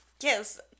Yes